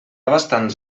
bastants